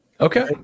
Okay